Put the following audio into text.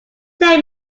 tell